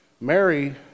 Mary